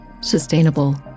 Sustainable